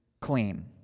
clean